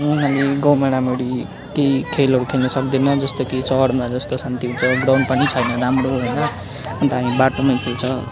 यहाँ हामी गाउँमा राम्ररी केही खेलहरू खेल्न सक्दैन जस्तै कि सहरमा जस्तो शान्ति हुन्छ ग्राउन्ड पनि छैन राम्रो होइन अन्त हामी बाटोमै खेल्छ